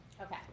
Okay